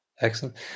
Excellent